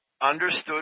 understood